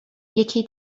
یکی